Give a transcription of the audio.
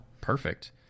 Perfect